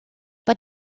but